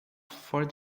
for